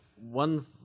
one